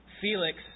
Felix